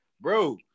bro